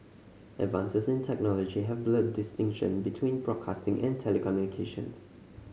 advances in technology have blurred distinction between broadcasting and telecommunications